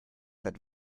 that